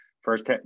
first